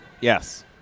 Yes